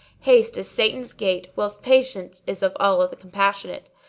haste is satan's gait whilst patience is of allah the compassionate.